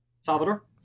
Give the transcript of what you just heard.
Salvador